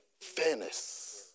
Fairness